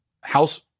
house